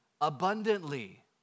abundantly